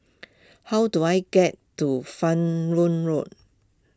how do I get to Fan Yoong Road